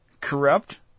corrupt